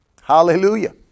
Hallelujah